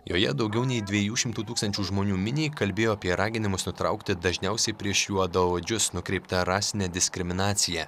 joje daugiau nei dviejų šimtų tūkstančių žmonių miniai kalbėjo apie raginimus nutraukti dažniausiai prieš juodaodžius nukreiptą rasinę diskriminaciją